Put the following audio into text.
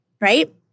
Right